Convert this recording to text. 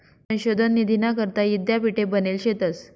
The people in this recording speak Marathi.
संशोधन निधीना करता यीद्यापीठे बनेल शेतंस